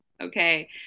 Okay